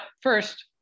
first